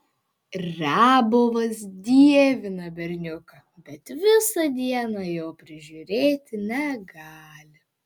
riabovas dievina berniuką bet visą dieną jo prižiūrėti negali